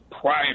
prior